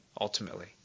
ultimately